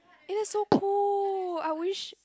it is so poor I wish